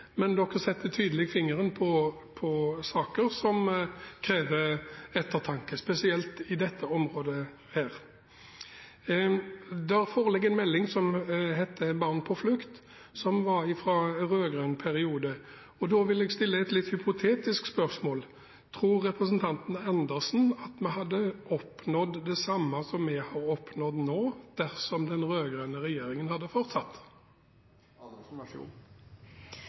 men de setter tydelig fingeren på saker som krever ettertanke, spesielt på dette området. Det foreligger en melding som heter Barn på flukt, som er fra rød-grønn periode. Da vil jeg stille et litt hypotetisk spørsmål: Tror representanten Andersen at vi hadde oppnådd det samme som vi har oppnådd nå dersom den rød-grønne regjeringen hadde fortsatt?